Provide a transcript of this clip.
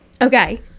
Okay